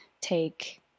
take